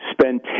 spend